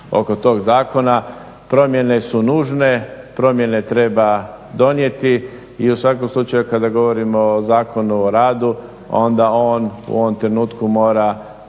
oko tog zakona. Promjene su nužne, promjene treba donijeti i u svakom slučaju kada govorimo o Zakonu o radu onda on u ovom trenutku mora